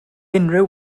unrhyw